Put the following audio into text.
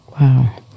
Wow